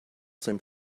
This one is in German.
seinem